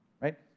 right